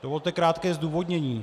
Dovolte krátké zdůvodnění.